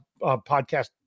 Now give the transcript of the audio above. podcast